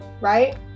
right